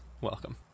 welcome